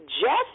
Jeff